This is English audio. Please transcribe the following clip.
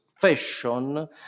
fashion